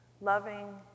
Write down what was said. loving